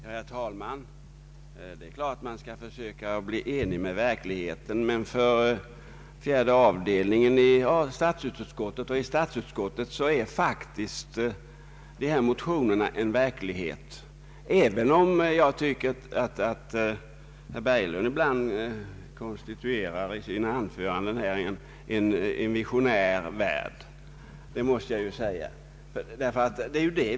Herr talman! Det är klart att man skall försöka bli enig med verkligheten, men för statsutskottet och dess fjärde avdelning är faktiskt dessa motioner en verklighet, även om jag tycker att herr Berglund ibland i sina anföranden konstituerar en visionär värld.